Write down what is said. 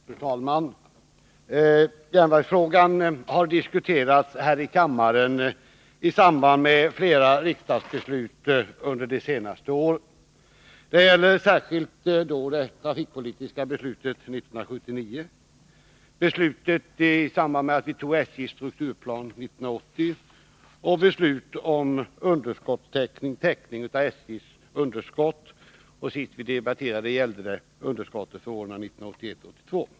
Fru talman! Järnvägsfrågan har diskuterats här i kammaren i samband med flera riksdagsbeslut under de senaste åren. Det gäller särskilt det trafikpolitiska beslutet 1979, beslutet i samband med att vi antog SJ:s strukturplan 1980 och beslut om täckning av SJ:s underskott — senast debatterade vi underskottet för 1981/82.